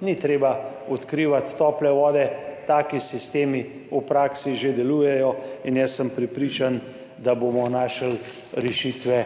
Ni treba odkrivati tople vode. Taki sistemi v praksi že delujejo in jaz sem prepričan, da bomo našli rešitve